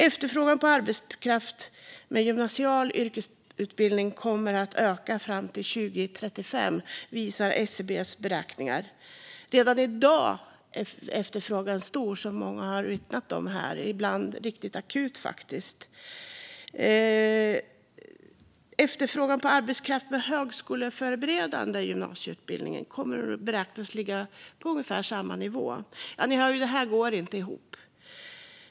Efterfrågan på arbetskraft med gymnasial yrkesutbildning kommer att öka fram till 2035, visar SCB:s beräkningar. Redan i dag är efterfrågan stor, som många har vittnat om här, och ibland riktigt akut. Efterfrågan på arbetskraft med högskoleförberedande gymnasieutbildning beräknas däremot ligga kvar på ungefär samma nivå. Ja, ni hör ju - det här går inte ihop.